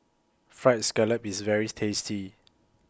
Fried Scallop IS very tasty